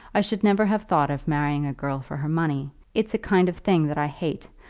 i should never have thought of marrying a girl for her money. it's a kind of thing that i hate.